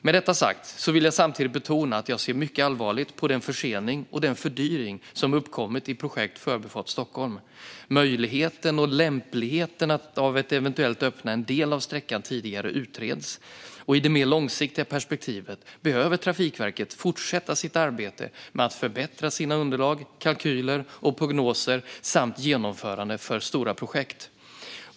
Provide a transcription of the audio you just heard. Med detta sagt vill jag samtidigt betona att jag ser mycket allvarligt på den försening och den fördyring som uppkommit i projekt Förbifart Stockholm. Möjligheten och lämpligheten i att eventuellt öppna en del av sträckan tidigare utreds. I det mer långsiktiga perspektivet behöver Trafikverket fortsätta sitt arbete med att förbättra sina underlag, kalkyler och prognoser samt genomförande för stora projekt.